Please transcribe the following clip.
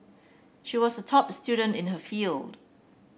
she was a top student in her field